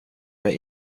mig